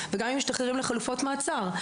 וגם אם משתחררים לחלופות מעצר,